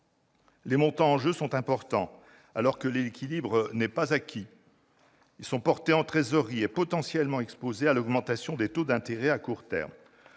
Les montants en jeu sont importants, alors que l'équilibre n'est pas acquis. Ils sont portés en trésorerie et potentiellement exposés à l'augmentation des taux d'intérêt à court terme.